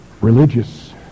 religious